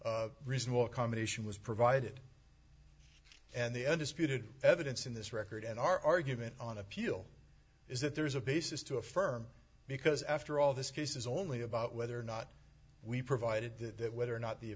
that reasonable combination was provided and the undisputed evidence in this record and our argument on appeal is that there is a basis to affirm because after all this case is only about whether or not we provided that whether or not the